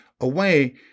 away